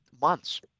months